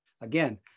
Again